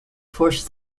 forced